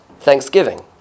Thanksgiving